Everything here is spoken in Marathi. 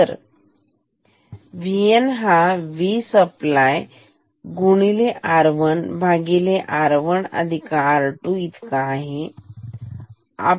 तर V N Vsupply R1R1R2 ठीक आहे